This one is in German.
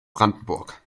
brandenburg